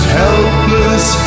helpless